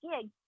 gig